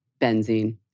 Benzene